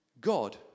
God